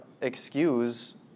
excuse